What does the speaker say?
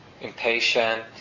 impatient